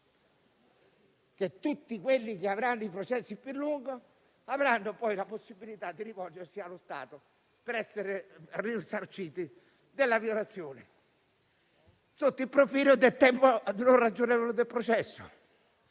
che tutti quelli che avranno processi più lunghi, avranno poi la possibilità di rivolgersi allo Stato per essere risarciti della violazione sotto il profilo dell'irragionevolezza dei